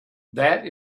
this